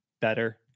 better